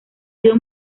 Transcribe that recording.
sido